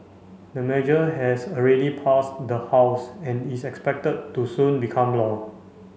the measure has already passed the House and is expected to soon become law